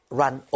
run